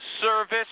service